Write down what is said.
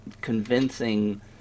convincing